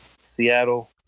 Seattle